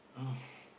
mm